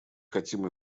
хотим